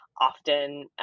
often